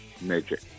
magic